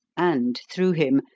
and, through him,